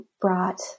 brought